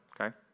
okay